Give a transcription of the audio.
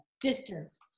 distance